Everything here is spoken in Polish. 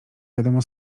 wiadomo